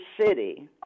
city